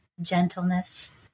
gentleness